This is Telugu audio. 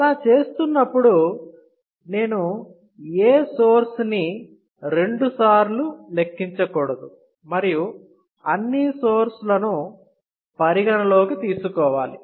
అలా చేస్తున్నప్పుడు నేను ఏ సోర్స్ ని రెండుసార్లు లెక్కించకూడదు మరియు అన్ని సోర్స్ లను పరిగణలోకి తీసుకోవాలి